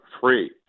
free